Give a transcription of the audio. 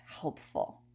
helpful